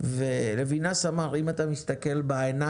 אז הם יכולים להתקשקש עם עצמם,